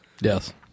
Yes